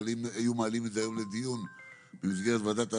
אבל אם היו מעלים את זה היום לדיון במסגרת ועדת ההסכמות,